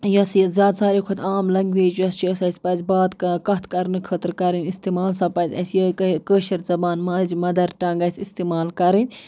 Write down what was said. یۄس یہِ زیادٕ ساروی کھۄتہٕ عام لنٛگویج یۄس چھِ یۄس اَسہِ پَزِ بات کَتھ کَرنہٕ خٲطرٕ کَرٕنۍ استعمال سۄ پَزِ اَسہِ یِہے کٲشِر زَبان ماجہِ مَدَر ٹنٛگ اَسہِ استعمال کَرٕنۍ